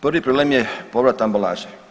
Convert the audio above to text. Prvi problem je povrat ambalaže.